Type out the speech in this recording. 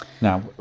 now